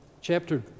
chapter